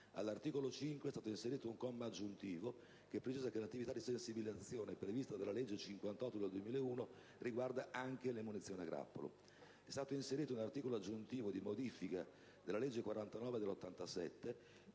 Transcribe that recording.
All'articolo 5 è stato inserito un comma aggiuntivo che precisa che l'attività di sensibilizzazione prevista dalla legge n. 58 del 2001 riguarda anche le munizioni a grappolo. È stato inserito un articolo aggiuntivo di modifica della legge n. 49 del 1987,